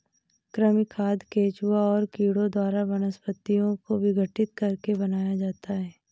कृमि खाद केंचुआ और कीड़ों द्वारा वनस्पतियों को विघटित करके बनाया जाता है